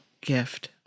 gift